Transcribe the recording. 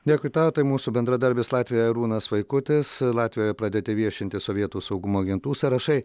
dėkui tau tai mūsų bendradarbis latvijoje arūnas vaikutis latvijoje pradėti viešinti sovietų saugumo agentų sąrašai